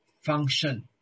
function